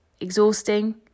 Exhausting